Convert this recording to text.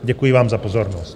Děkuji vám za pozornost.